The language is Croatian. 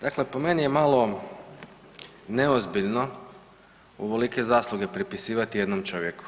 Dakle, po meni je malo neozbiljno ovolike zasluge pripisivati jednom čovjeku.